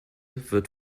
wird